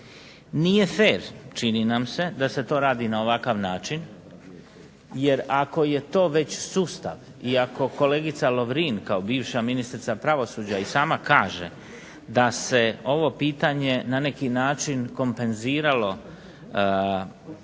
Nije fer čini nam se da se to radi na ovakav način jer ako je to već sustav i ako kolegica Lovrin kao bivša ministrica pravosuđa i sama kaže da se ovo pitanje na neki način kompenziralo na